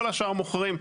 כל השאר מוכרים.